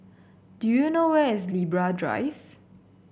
do you know where is Libra Drive